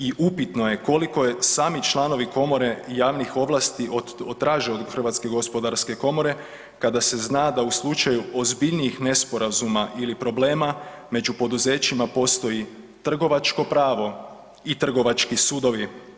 I upitno je koliko je sami članovi komore javnih ovlasti od, traže od Hrvatske gospodarske komore kada se zna da u slučaju ozbiljnijih nesporazuma ili problema među poduzećima postoji trgovačko pravo i trgovački sudovi.